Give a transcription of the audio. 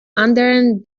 anderen